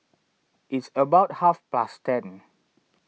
its about half past ten